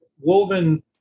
woven